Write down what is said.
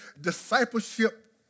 discipleship